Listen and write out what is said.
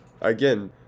again